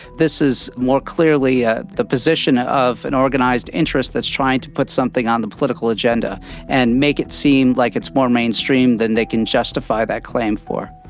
this is more clearly ah the position of an organised interest that's trying to put something on the political agenda and make it seem like it's more mainstream than they can justify that claim for.